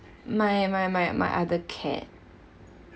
my my my my other cat